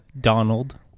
Donald